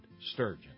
sturgeon